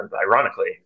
ironically